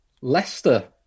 Leicester